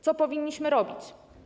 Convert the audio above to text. Co powinniśmy robić?